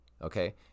okay